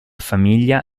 famiglia